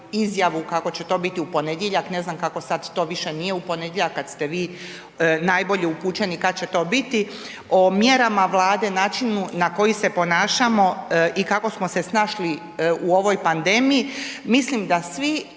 izjavu kako će to biti u ponedjeljak, ne znam kako sad to više nije u ponedjeljak kad ste vi najbolje upućeni kad će to biti. O mjerama Vlade, načinu na koji se ponašamo i kako smo se snašli u ovoj pandemiji mislim da svi,